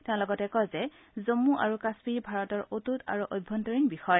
তেওঁ লগতে কয় যে জম্মু আৰু কাশ্মীৰ ভাৰতৰ অটুত আৰু অভ্যন্তৰীণ বিষয়